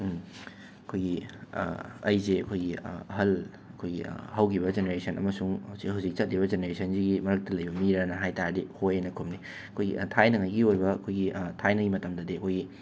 ꯑꯩꯈꯣꯏꯒꯤ ꯑꯩꯁꯦ ꯑꯩꯈꯣꯏꯒꯤ ꯑꯍꯜ ꯑꯩꯈꯣꯏꯒꯤ ꯍꯧꯈꯤꯕ ꯖꯦꯅꯔꯦꯁꯟ ꯑꯃꯁꯨꯡ ꯍꯧꯖꯤꯛ ꯍꯧꯖꯤꯛ ꯆꯠꯂꯤꯕ ꯖꯦꯅꯔꯦꯁꯟꯖꯤꯒꯤ ꯃꯔꯛꯇ ꯂꯩꯕ ꯃꯤꯔꯅ ꯍꯥꯏꯕ ꯇꯥꯔꯗꯤ ꯍꯣꯏ ꯑꯅ ꯈꯨꯝꯅꯤ ꯑꯩꯈꯣꯏꯒꯤ ꯊꯥꯏꯅꯉꯩꯒꯤ ꯑꯣꯏꯕ ꯑꯩꯈꯣꯏꯒꯤ ꯊꯥꯏꯅꯒꯤ ꯃꯇꯝꯗꯗꯤ ꯑꯩꯈꯣꯏꯒꯤ